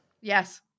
Yes